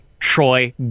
troy